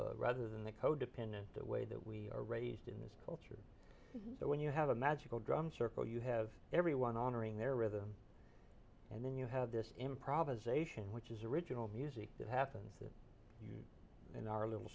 rather than the codependent the way that we are raised in this that when you have a magical drum circle you have everyone honoring their rhythm and then you have this improvisation which is original music that happens in our little